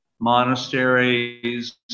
monasteries